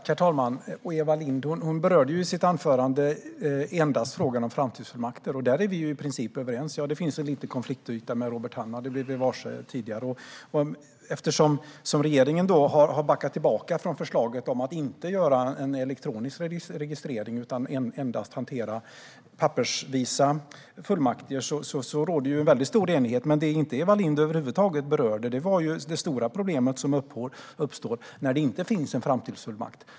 Herr talman! Eva Lindh berörde i sitt anförande endast frågan om framtidsfullmakter. Där är vi i princip överens. Det finns en liten konfliktyta som Robert Hannah tog upp, och detta blev vi varse tidigare. Men eftersom regeringen har backat från förslaget om att inte ha en elektronisk registrering utan endast hantera pappersfullmakter råder nu en stor enighet. Det Eva Lindh inte berörde är det stora problem som uppstår när det inte finns någon framtidsfullmakt.